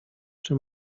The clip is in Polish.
czy